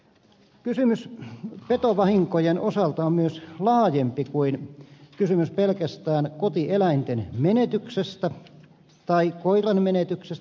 kysymys petovahinkojen osalta on myös laajempi kuin kysymys pelkästään kotieläinten menetyksestä tai koiran menetyksestä